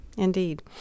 Indeed